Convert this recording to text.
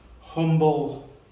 humble